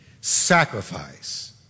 sacrifice